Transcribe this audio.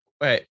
Wait